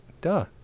Duh